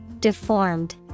deformed